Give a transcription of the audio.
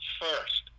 first